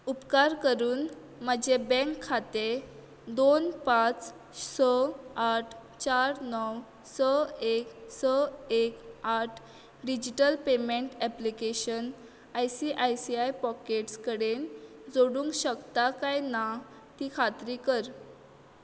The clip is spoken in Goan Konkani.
उपकार करून म्हजें बँक खातें दोन पांच स आठ चार णव स एक स एक आठ digital payment application I C I C I Pockets कडेन जोडूंक शकता काय ना ती खात्री कर